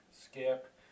skip